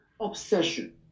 obsession